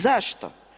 Zašto?